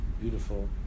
beautiful